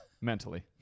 Mentally